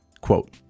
quote